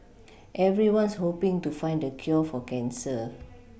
everyone's hoPing to find the cure for cancer